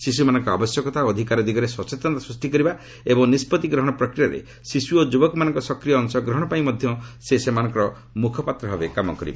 ଶିଶୁମାନଙ୍କର ଆବଶ୍ୟକତା ଓ ଅଧିକାର ଦିଗରେ ସଚେତନତା ସୃଷ୍ଟିକରିବା ଏବଂ ନିଷ୍ପଭି ଗ୍ରହଣ ପ୍ରକ୍ରିୟାରେ ଶିଶୁ ଓ ଯୁବକମାନଙ୍କର ସକ୍ରିୟ ଅଂଶଗ୍ରହଣ ପାଇଁ ସେମାନଙ୍କର ମୁଖପାତ୍ର ଭାବେ ସେ କାମ କରିବେ